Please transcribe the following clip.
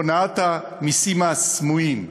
הונאת המסים הסמויים.